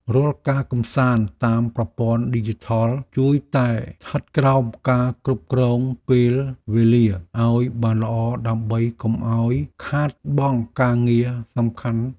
រាល់ការកម្សាន្តតាមប្រព័ន្ធឌីជីថលគួរតែស្ថិតក្រោមការគ្រប់គ្រងពេលវេលាឱ្យបានល្អដើម្បីកុំឱ្យខាតបង់ការងារសំខាន់។